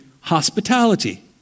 hospitality